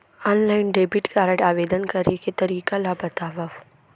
Online debit card आवेदन करे के तरीका ल बतावव?